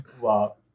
Wow